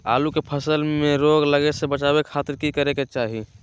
आलू के फसल में रोग लगे से बचावे खातिर की करे के चाही?